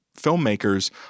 filmmakers